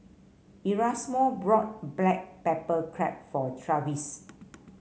Erasmo brought Black Pepper Crab for Travis